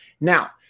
Now